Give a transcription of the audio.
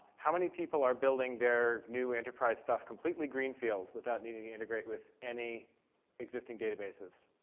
how many people are building their new enterprise stuff completely greenfield, without needing to integrate with any existing databases?